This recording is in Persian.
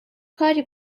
کاری